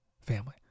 family